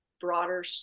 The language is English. broader